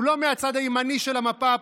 הוא לא מהצד הימני של המפה הפוליטית,